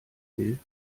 will